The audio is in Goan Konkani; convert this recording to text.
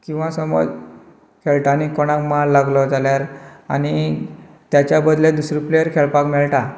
किंवां समज खेळटानी कोणाक मार लागलो जाल्यार आनी ताच्या बदलेक दुसरो प्लेयर खेळपाक मेळटा